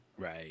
Right